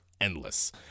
endless